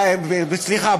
סליחה,